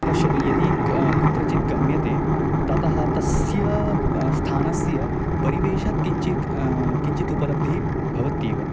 पश्यतु यदि क कुत्रचित् गम्यते ततः तस्य स्थानस्य परिवेशात् त् किञ्चिक् किञ्चित् उपलब्धिः भवत्येव